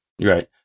Right